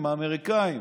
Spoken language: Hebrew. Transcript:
אם האמריקאים